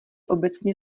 obecně